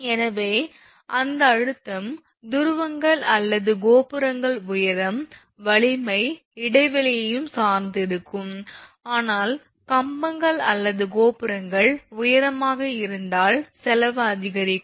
எனவே அந்த அழுத்தம் துருவங்கள் அல்லது கோபுரங்கள் உயரம் வலிமை இடைவெளியையும் சார்ந்து இருக்கும் ஆனால் கம்பங்கள் அல்லது கோபுரங்கள் உயரமாக இருந்தால் செலவு அதிகரிக்கும்